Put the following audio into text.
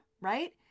right